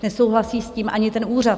Nesouhlasí s tím ani ten úřad.